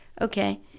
okay